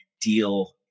deal